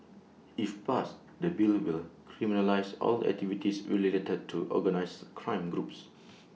if passed the bill will criminalise all activities related to organised crime groups